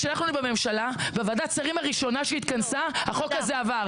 כשאנחנו היינו בממשלה בוועדת השרים הראשונה שהתכנסה החוק הזה עבר.